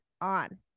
on